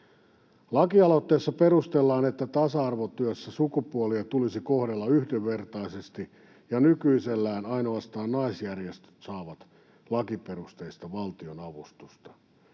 Lakialoitteessa perustellaan, että tasa-arvotyössä sukupuolia tulisi kohdella yhdenvertaisesti ja nykyisellään ainoastaan naisjärjestöt saavat lakiperusteista valtionavustusta.